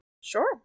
Sure